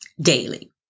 daily